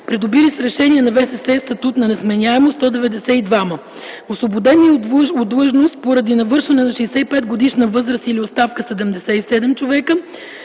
придобили с решение на ВСС статут на несменяемост - 192 бр.; освободени от длъжност поради навършване на 65 годишна възраст или оставка - 77